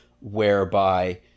whereby